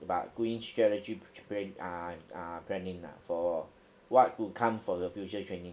but doing strategy pl~ pl~ ah ah planning lah for what to come for your future training lah